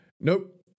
Nope